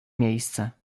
miejsce